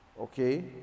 Okay